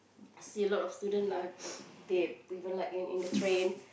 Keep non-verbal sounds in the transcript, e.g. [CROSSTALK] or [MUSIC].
I see a lot of student lah [NOISE] they even like in in the train